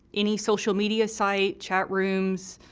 any social media site, chat rooms,